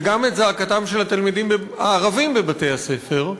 וגם את זעקתם של התלמידים הערבים בבתי-הספר,